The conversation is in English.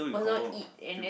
also eat and then